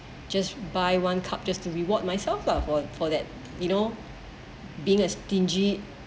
just buy one cup just to reward myself lah for for that you know being a stingy